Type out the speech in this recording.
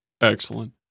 Excellent